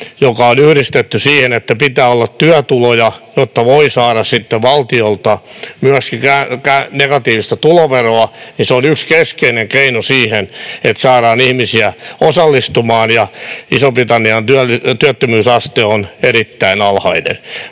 joka on yhdistetty siihen, että pitää olla työtuloja, jotta voi saada sitten valtiolta myöskin negatiivista tuloveroa, on yksi keskeinen keino siihen, että saadaan ihmisiä osallistumaan. Ison-Britannian työttömyysaste on erittäin alhainen.